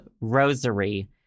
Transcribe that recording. rosary